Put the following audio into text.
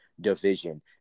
Division